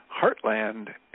Heartland